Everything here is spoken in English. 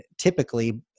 typically